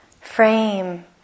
frame